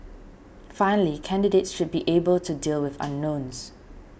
finally candidates should be able to deal with unknowns